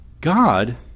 God